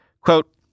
Quote